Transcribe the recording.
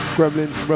Gremlins